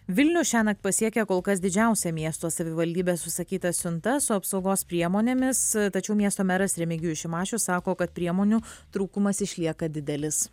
vilnių šiąnakt pasiekė kol kas didžiausia miesto savivaldybės užsakyta siunta su apsaugos priemonėmis tačiau miesto meras remigijus šimašius sako kad priemonių trūkumas išlieka didelis